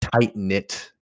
tight-knit